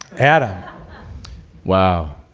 adam wow